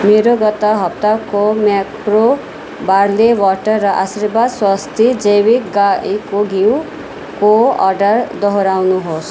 मेरो गत हप्ताको म्याप्रो बार्ले वाटर र आशीर्वाद स्वस्ती जैविक गाईको घिउको अर्डर दोहोऱ्याउनुहोस्